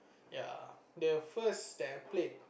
ya the first that I played